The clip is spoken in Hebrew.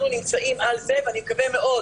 אנחנו נמצאים על זה ואני מקווה מאוד